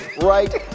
right